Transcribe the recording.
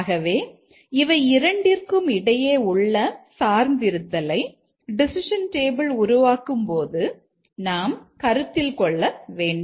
ஆகவே இவை இரண்டிற்கும் இடையே உள்ள சார்ந்திருத்தலை டெசிஷன் டேபிள் உருவாக்கும்போது நாம் கருத்தில் கொள்ள வேண்டும்